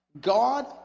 God